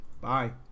Bye